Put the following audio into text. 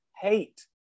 hate